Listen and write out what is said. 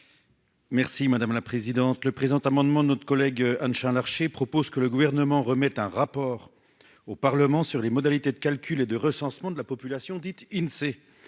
Merci madame la présidente. Le présent amendement notre collègue Anne Chain Larché propose que le Gouvernement remette un rapport au Parlement sur les modalités de calcul et de recensement de la population dite Insee